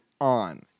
on